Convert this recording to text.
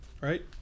Right